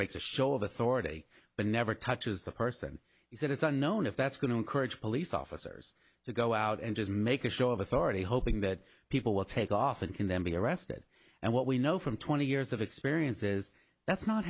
makes a show of authority but never touches the person is that it's unknown if that's going to encourage police officers to go out and just make a show of authority hoping that people will take off and can then be arrested and what we know from twenty years of experience is that's not